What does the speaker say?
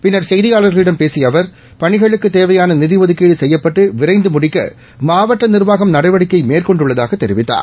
பின்னர் செய்தியாளர்களிடம் பேசிய அவர் பணிகளுக்கு தேவையான நிதி ஒதுக்கீடு செய்யப்பட்டு விரைந்து முடிக்க மாவட்ட நிர்வாகம் நடவடிக்கை மேற்கொண்டுள்ளதாக தெரிவித்தார்